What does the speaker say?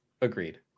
Agreed